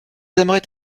aimeraient